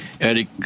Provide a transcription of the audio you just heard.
Eric